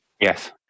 Yes